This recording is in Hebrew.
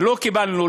לא קיבלנו,